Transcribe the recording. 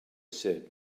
said